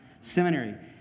Seminary